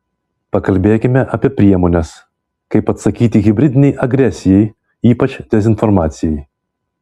pakalbėkime apie priemones kaip atsakyti hibridinei agresijai ypač dezinformacijai